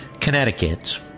Connecticut